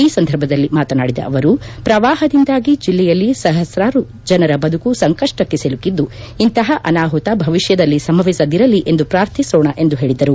ಈ ಸಂದರ್ಭದಲ್ಲಿ ಮಾತನಾಡಿದ ಅವರು ಪ್ರವಾಹದಿಂದಾಗಿ ಜಿಲ್ಲೆಯಲ್ಲಿ ಸಹಸ್ತಾರು ಜನರ ಬದುಕು ಸಂಕಪ್ಪಕ್ಷೆ ಸಿಲುಕಿದ್ದು ಇಂತಹ ಅನಾಹುತ ಭವಿಷ್ಣದಲ್ಲಿ ಸಂಭವಿಸದಿರಲಿ ಎಂದು ಪ್ರಾರ್ಥಿಸೋಣ ಎಂದು ಹೇಳಿದರು